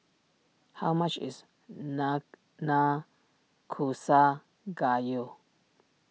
how much is Nanakusa Gayu